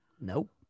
Nope